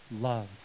love